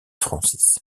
francis